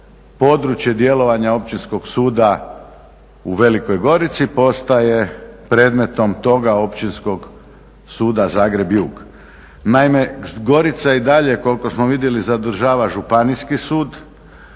područje djelovanja Općinskog suda u Velikoj Gorici postaje predmetom toga Općinskog suda Zagreb jug. Naime, Gorica i dalje koliko smo vidjeli zadržava Županijski sud.